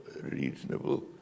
reasonable